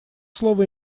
слово